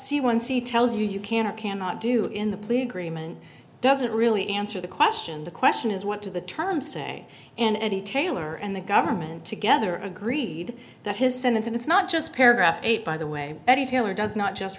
c tells you you can or cannot do in the plea agreement doesn't really answer the question the question is what to the terms say and he taylor and the government together agreed that his sentence and it's not just paragraph eight by the way that he taylor does not just